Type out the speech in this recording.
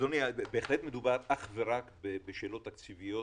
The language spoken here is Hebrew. אדוני, בהחלט מדובר אך ורק בשאלות תקציביות,